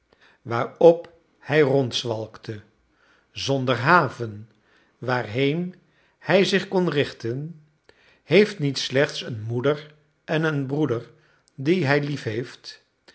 waarop hij rondzwalkte zonder haven waarheen hij zich kon richten heeft niet slechts eene moeder en een broeder die hij liefheeft